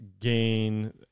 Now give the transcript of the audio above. gain